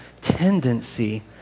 tendency